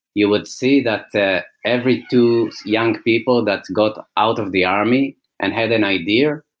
you would see that that every two young people that's got out of the army and had an idea,